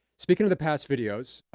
speaking of the past videos,